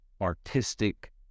artistic